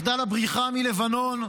מחדל הבריחה מלבנון.